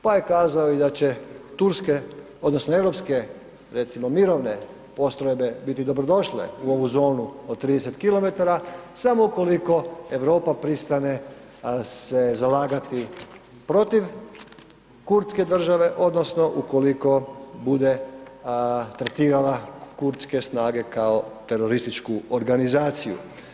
Pa je kazao i da će turske odnosno europske recimo mirovne postrojbe biti dobrodošle u ovu zonu od 30km samo ukoliko Europa pristane se zalagati protiv kurdske države odnosno ukoliko bude tretirala kurdske snage kao terorističku organizaciju.